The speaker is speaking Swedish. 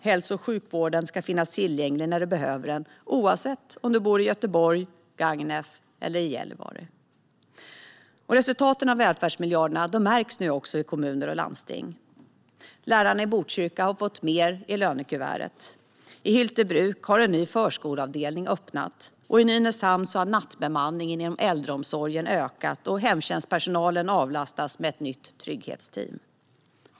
Hälso och sjukvården ska finnas tillgänglig när du behöver den, oavsett om du bor i Göteborg, i Gagnef eller i Gällivare. Resultaten av välfärdsmiljarderna märks nu också i kommuner och landsting. Lärarna i Botkyrka har fått mer i lönekuvertet. I Hyltebruk har en ny förskoleavdelning öppnat, och i Nynäshamn har nattbemanningen inom äldreomsorgen ökat och hemtjänstpersonalen avlastats med ett nytt trygghetsteam.